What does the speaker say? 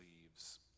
leaves